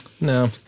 No